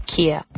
kia